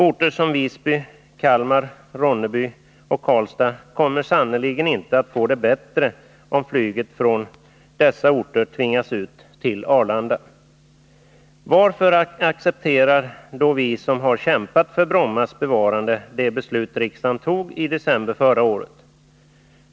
Orter som Visby, Kalmar, Ronneby och Karlstad kommer sannerligen inte att få det bättre, om flyget från dessa orter tvingas ut till Arlanda. Varför accepterar då vi som har kämpat för Brommas bevarande det beslut som riksdagen tog i december förra året?